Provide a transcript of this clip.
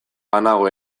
banago